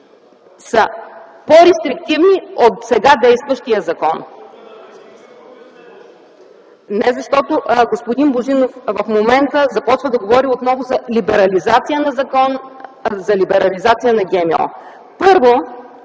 са по-рестриктивни от сега действащия закон. Господин Божинов в момента започва да говори отново за либерализация на закона, за либерализация на ГМО. Първо,